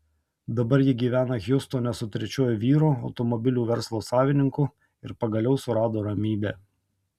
dabar ji gyvena hjustone su trečiuoju vyru automobilių verslo savininku ir pagaliau surado ramybę